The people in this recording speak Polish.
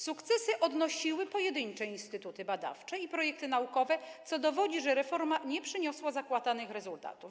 Sukcesy odnosiły pojedyncze instytuty badawcze i projekty naukowe, co dowodzi, że reforma nie przyniosła zakładanych rezultatów.